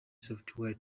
software